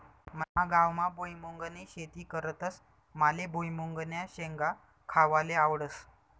मना गावमा भुईमुंगनी शेती करतस माले भुईमुंगन्या शेंगा खावाले आवडस